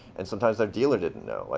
and sometimes their dealer didn't know. like